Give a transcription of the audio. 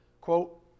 quote